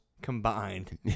combined